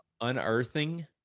unearthing